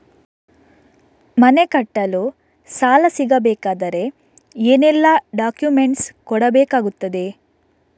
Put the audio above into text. ಮನೆ ಕಟ್ಟಲು ಸಾಲ ಸಿಗಬೇಕಾದರೆ ಏನೆಲ್ಲಾ ಡಾಕ್ಯುಮೆಂಟ್ಸ್ ಕೊಡಬೇಕಾಗುತ್ತದೆ?